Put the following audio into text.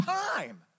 time